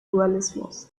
dualismus